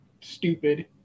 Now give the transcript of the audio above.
stupid